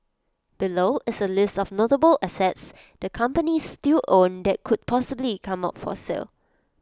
below is A list of notable assets the companies still own that could possibly come up for sale